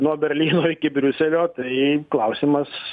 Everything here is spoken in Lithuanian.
nuo berlyno iki briuselio tai klausimas